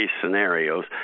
scenarios